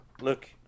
Look